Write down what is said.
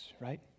right